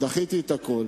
דחיתי את הכול.